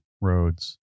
roads